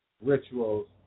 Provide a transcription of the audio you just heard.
rituals